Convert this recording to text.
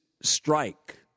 strike